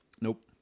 Nope